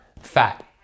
fat